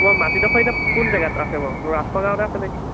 মই মাটিডোখৰ এনেই কোন জেগাত আছে বাৰু ৰাজখোৱা গাঁৱতে আছে নে কি